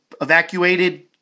evacuated